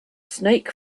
snake